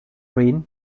rain